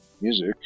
Music